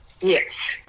Yes